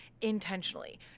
intentionally